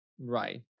Right